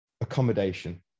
accommodation